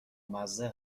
مزه